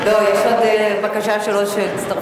לא, יש עוד בקשה של עוד שהצטרפו.